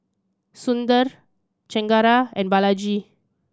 Sundar Chengara and Balaji